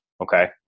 Okay